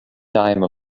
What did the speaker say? time